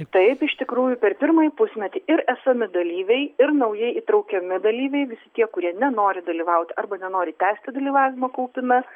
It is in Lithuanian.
taip iš tikrųjų per pirmąjį pusmetį ir esami dalyviai ir naujai įtraukiami dalyviai visi tie kurie nenori dalyvaut arba nenori tęsti dalyvavimo kaupime